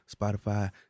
spotify